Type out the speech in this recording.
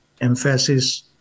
emphasis